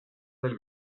del